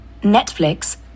Netflix